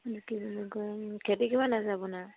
কি খেতি কিমান আছে আপোনাৰ